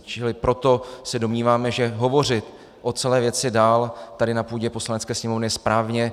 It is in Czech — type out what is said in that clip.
Čili proto se domníváme, že hovořit o celé věci dál tady na půdě Poslanecké sněmovny je správné.